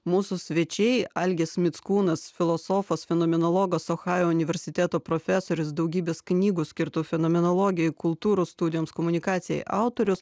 mūsų svečiai algis mickūnas filosofas fenomenologas ohajo universiteto profesorius daugybės knygų skirtų fenomenologijai kultūrų studijoms komunikacijai autorius